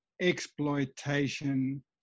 exploitation